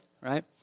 right